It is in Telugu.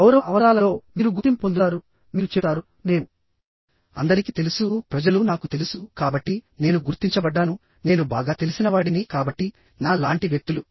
గౌరవ అవసరాలలో మీరు గుర్తింపు పొందుతారు మీరు చెప్తారు నేను అందరికి తెలుసు ప్రజలు నాకు తెలుసు కాబట్టి నేను గుర్తించబడ్డాను నేను బాగా తెలిసినవాడిని కాబట్టి నా లాంటి వ్యక్తులు